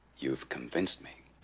you've convinced me